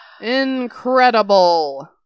Incredible